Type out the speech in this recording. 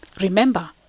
Remember